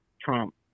Trump